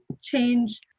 change